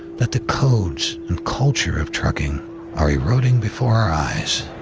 that the codes and culture of trucking are eroding before our eyes